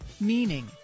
Meaning